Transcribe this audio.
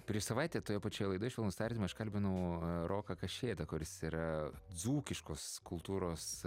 prieš savaitę toje pačioje laidoje švelnūs tardymai aš kalbinau roką kašėtą kuris yra dzūkiškos kultūros